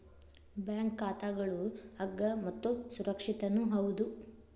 bank ಖಾತಾಗಳು ಅಗ್ಗ ಮತ್ತು ಸುರಕ್ಷಿತನೂ ಹೌದು